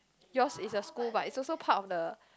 yours is a school but is also part of the